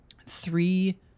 three